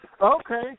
Okay